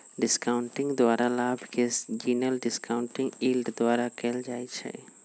discounting द्वारा लाभ के गिनल डिस्काउंटिंग यील्ड द्वारा कएल जाइ छइ